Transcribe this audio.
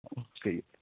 okay